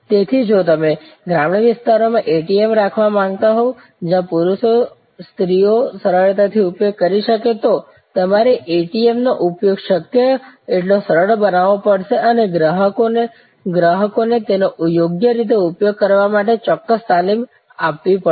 તેથી જો તમે ગ્રામીણ વિસ્તારોમાં એટીએમ રાખવા માંગતા હોવ જ્યાં પુરૂષો સ્ત્રીઓ સરળતાથી ઉપયોગ કરી શકે તો તમારે એટીએમનો ઉપયોગ શક્ય તેટલોસરળ બનાવવો પડશે અને ગ્રાહકોને તેનો યોગ્ય રીતે ઉપયોગ કરવા માટે ચોક્કસ તાલીમ પણ આપવી પડશે